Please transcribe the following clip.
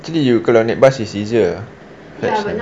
actually you kalau naik bus it's easier coordinate bus is easier fetch them up